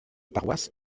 paroisse